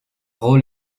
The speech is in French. rôle